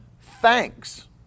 thanks